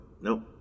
nope